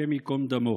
השם ייקום דמו.